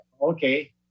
Okay